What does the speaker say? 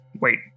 Wait